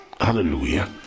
Hallelujah